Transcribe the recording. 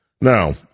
Now